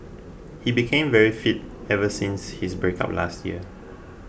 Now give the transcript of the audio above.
he became very fit ever since his breakup last year